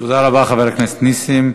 תודה רבה לחבר הכנסת נסים.